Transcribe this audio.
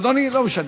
אדוני, לא משנה,